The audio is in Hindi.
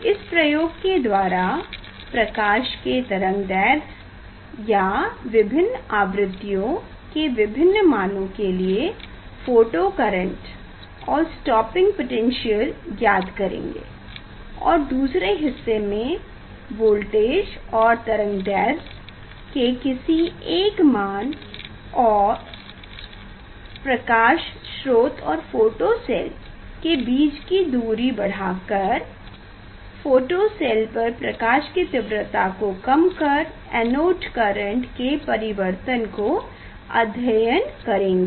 इस प्रयोग के द्वारा प्रकाश के तरंगदैढ्र्य या विभिन्न आवृतियों के विभिन्न मानों के लिए फोटो करेंट और स्टॉपिंग पोटैन्श्यल ज्ञात करेंगे और दूसरे हिस्से में वोल्टेज और तरंगदैढ्र्य के किसी एक मान और प्रकाश स्रोत और फोटो सेल के बीच की दूरी बढ़ा कर फोटो सेल पर प्रकाश की तीव्रता को कम कर एनोड करेंट के परिवर्तन का अध्ययन करेंगे